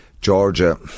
Georgia